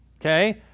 Okay